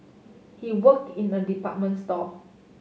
he work in a department store